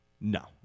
No